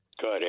Good